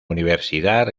universidad